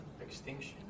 extinction